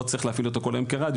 לא צריך להפעיל אותו כל היום כרדיו.